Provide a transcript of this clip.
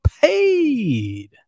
paid